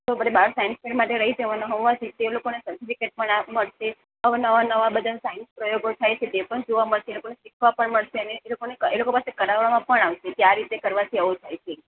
તો બધે બાહર સાયસન્સ ફેર માટે લઇ જવાના હોવાથી તે લોકોને સર્ટિફિકેટ પણ મળશે અવનવા નવા બધાં સાયન્સ પ્રયોગો થાય છે તે પણ જોવા મળશે એ લોકોને શીખવા પણ મળશે અને એ લોકોને એ લોકો પાસે કરાવવામાં પણ આવશે કે આ રીતે કરવાથી આવું થાય છે